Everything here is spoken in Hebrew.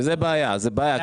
וזה בעיה, זה בעיה.